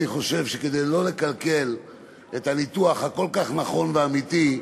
אני חושב שכדי לא לקלקל את הניתוח הכל-כך נכון ואמיתי,